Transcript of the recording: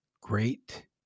great